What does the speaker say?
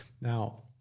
Now